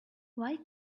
why